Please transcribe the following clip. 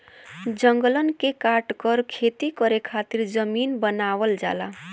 जंगलन के काटकर खेती करे खातिर जमीन बनावल जाला